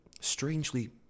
Strangely